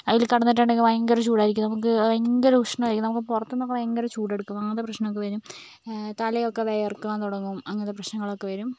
അതിൽ കിടന്നിട്ടുണ്ടെങ്കിൽ ഭയങ്കര ചൂടായിരിക്കും നമുക്ക് ഭയങ്കര ഉഷ്ണമായിരിക്കും നമുക്ക് പുറത്തുനിന്നോക്കെ ഭയങ്കര ചൂട് എടുക്കും അങ്ങനത്തെ പ്രശ്നങ്ങളൊക്കെ വരും തലയൊക്കെ വിയർക്കാൻ തുടങ്ങും അങ്ങനത്തെ പ്രശ്നങ്ങളൊക്കെ വരും